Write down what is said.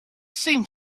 seemed